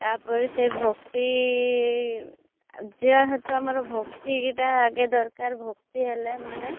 ତା'ପରେ ସେ ଭକ୍ତି ଯେହେତୁ ଆମର ଭକ୍ତିଟା ଆଗେ ଦରକାର ଭକ୍ତି ହେଲେ ଆମର